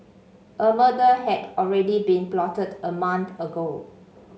a murder had already been plotted a month ago